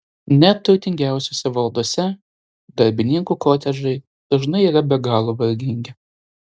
net turtingiausiose valdose darbininkų kotedžai dažnai yra be galo vargingi